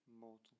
mortal